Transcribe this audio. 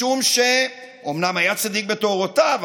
משום שאומנם היה צדיק בדורותיו,